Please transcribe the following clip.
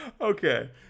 Okay